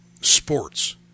sports